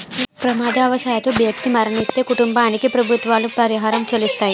ప్రమాదవశాత్తు వ్యక్తి మరణిస్తే కుటుంబానికి ప్రభుత్వాలు పరిహారం చెల్లిస్తాయి